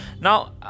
now